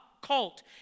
cult